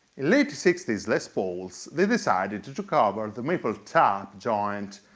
in late sixty s les pauls, they decided to to cover the maple top joint,